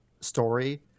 story